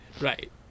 Right